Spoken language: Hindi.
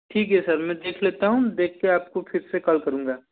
ठीक है सर मैं देख लेता हूँ देख के आपको फिर से कॉल करूँगा